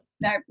No